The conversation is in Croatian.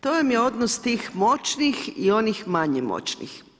To vam je odnos tih moćnih i onih manje moćnih.